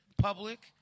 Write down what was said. public